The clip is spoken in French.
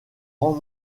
rang